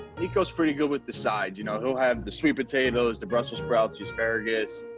nico is pretty good with the sides, you know? he'll have the sweet potatoes, the brussels sprout, the asparagus,